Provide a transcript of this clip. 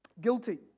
guilty